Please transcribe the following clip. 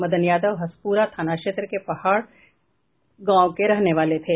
मदन यादव हसपूरा थाना क्षेत्र के पहाड़पूर गांव के रहने वाले थे